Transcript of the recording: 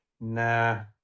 Nah